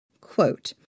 quote